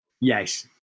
Yes